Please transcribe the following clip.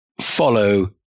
follow